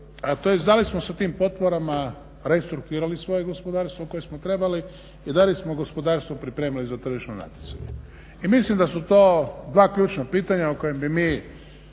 da li smo sa tim potporama restrukturirali svoje gospodarstvo koje smo trebali i da li smo gospodarstvo pripremili za tržišno natjecanje. I mislim da su to dva ključna pitanja o kojim bi mi,